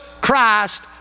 Christ